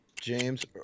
James